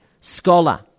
scholar